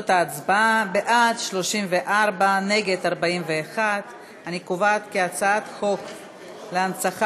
41. אני קובעת כי הצעת חוק להנצחה,